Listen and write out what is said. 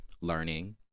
learning